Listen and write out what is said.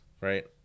right